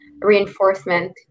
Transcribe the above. reinforcement